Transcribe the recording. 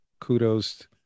kudos